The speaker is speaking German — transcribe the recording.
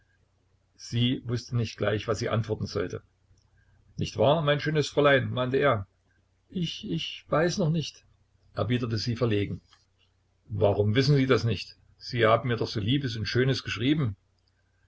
sie wußte nicht gleich was sie antworten sollte nicht wahr mein schönes fräulein mahnte er ich ich weiß noch nicht erwiderte sie verlegen warum wissen sie das nicht sie haben mir doch so liebes und schönes geschrieben